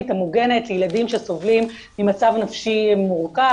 המוגנת לילדים שסובלים ממצב נפשי מורכב,